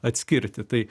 atskirti tai